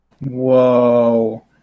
Whoa